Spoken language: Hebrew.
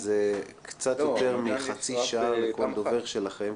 זה קצת יותר מחצי שעה לכל דובר שלכם,